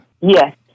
Yes